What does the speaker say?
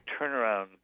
turnaround